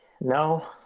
No